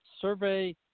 survey